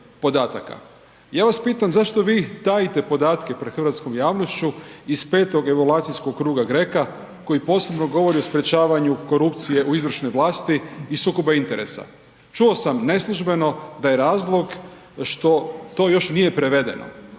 Ja vas pitam zašto vi tajite podatke pred hrvatskom javnošću iz 5-tog evaluacijskog kruga GRECO-a koji posebno govori o sprječavanju korupcije u izvršnoj vlasti i sukoba interesa. Čuo sam neslužbeno da je razlog što to još nije prevedeno.